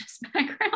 background